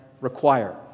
require